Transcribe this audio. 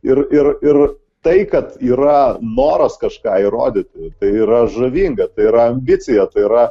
ir ir ir tai kad yra noras kažką įrodyti tai yra žavinga tai yra ambicija tai yra